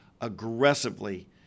aggressively